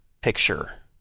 picture